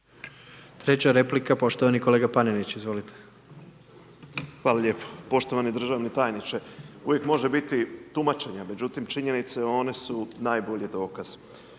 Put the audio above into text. Treća replika, poštovani kolega Panenić, izvolite. **Panenić, Tomislav (MOST)** Hvala lijepo. Poštovani državni tajniče, uvijek može biti tumačenja, međutim činjenica, oni su najbolji dokaz.